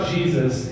Jesus